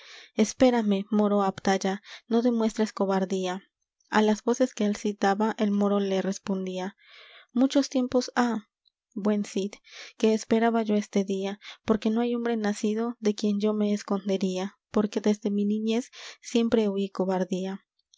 espérame moro abdalla no demuestres cobardía á las voces que el cid daba el moro le respondía muchos tiempos há buen cid que esperaba yo este día porque no hay hombre nacido de quien yo me escondería porque desde mi niñez siempre huí cobardía